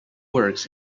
works